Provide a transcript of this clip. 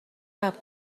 صبر